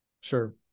Sure